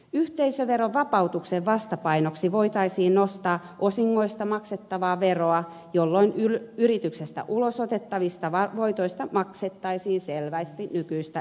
yhteisöverovapautuksen vastapainoksi voitaisiin nostaa osingoista maksettavaa veroa jolloin yrityksestä ulos otettavista voitoista maksettaisiin selvästi nykyistä enemmän